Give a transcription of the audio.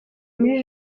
muri